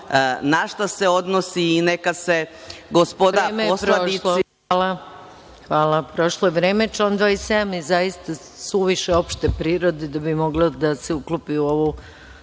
na šta se odnosi i neka se gospoda poslanici…